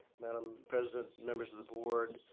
madam president, members of the board,